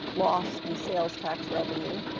loss in sales tax revenue,